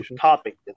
topic